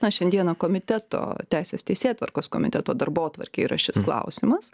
na šiandieną komiteto teisės teisėtvarkos komiteto darbotvarkėje yra šis klausimas